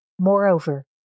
Moreover